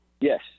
Yes